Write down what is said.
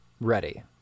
ready